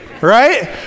right